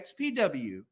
XPW